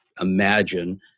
imagine